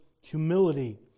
humility